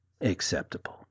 acceptable